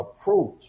approach